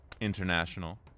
international